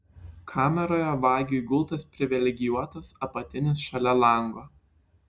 kameroje vagiui gultas privilegijuotas apatinis šalia lango